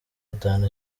atanu